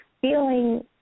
feeling